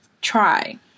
try